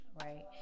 right